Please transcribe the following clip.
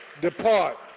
depart